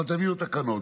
אבל תביאו תקנות.